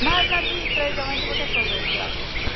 نہَ حظ نہَ تُہی ترٛٲوزیٚو وۅنۍ کَتہِ سوزو أسۍ یورٕ پٮ۪ٹھ